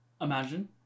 Imagine